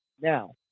now